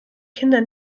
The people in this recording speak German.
kinder